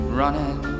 running